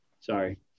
Sorry